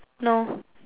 no